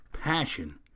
Passion